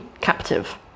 captive